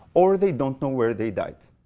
or they don't know where they died.